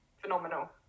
phenomenal